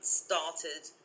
started